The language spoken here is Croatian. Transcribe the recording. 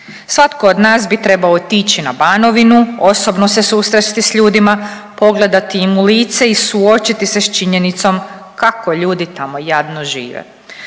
Svatko od nas bi trebao otići na Banovinu, osobno se susresti s ljudima, pogledati im u lice i suočiti se s činjenicom kako ljudi tamo jadno žive.